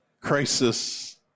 crisis